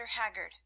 Haggard